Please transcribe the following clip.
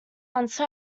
once